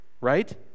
right